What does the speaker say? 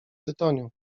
tytoniu